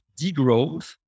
degrowth